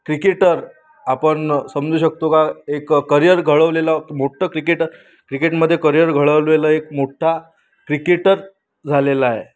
cricketer आपण समजू शकतो का एक करिअर घडवलेलं मोठं क्रिकेटर क्रिकेटमध्ये करिअर घडवलेलं एक मोठा क्रिकेटर झालेला आहे